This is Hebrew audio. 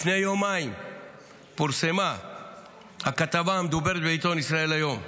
לפני יומיים פורסמה הכתבה המדוברת בעיתון ישראל היום.